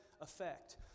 effect